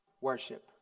worship